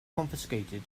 confiscated